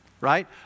right